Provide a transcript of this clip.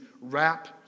Wrap